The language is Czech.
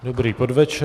Dobrý podvečer.